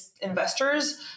investors